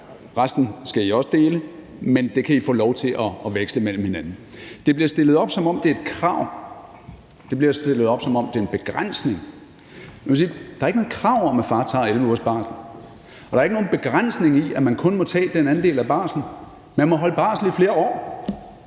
resten skal I også dele, men det kan I få lov til at veksle mellem hinanden. Det bliver stillet op, som om det er et krav, det bliver stillet op, som om det er en begrænsning. Men der er ikke er noget krav om, at far tager 11 ugers barsel, og der er ikke er nogen begrænsning i, at man kun må tage den andel af barslen. Man må holde barsel i flere år.